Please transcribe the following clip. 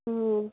ꯎꯝ